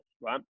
right